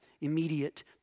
immediate